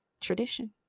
tradition